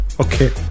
Okay